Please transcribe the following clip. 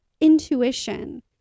intuition